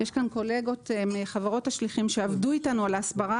יש כאן קולגות מחברות השליחים שעבדו איתנו על ההסברה